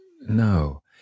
No